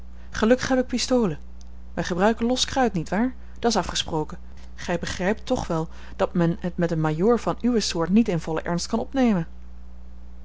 gelukkig heb ik pistolen wij gebruiken los kruit niet waar dat's afgesproken gij begrijpt toch wel dat men het met een majoor van uwe soort niet in vollen ernst kan opnemen